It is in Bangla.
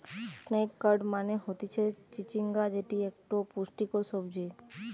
স্নেক গার্ড মানে হতিছে চিচিঙ্গা যেটি একটো পুষ্টিকর সবজি